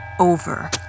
over